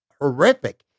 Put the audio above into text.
horrific